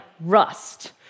rust